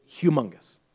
humongous